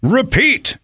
repeat